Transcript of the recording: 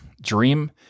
dream